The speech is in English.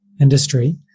industry